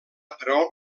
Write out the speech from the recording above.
però